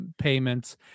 payments